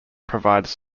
provides